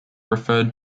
referred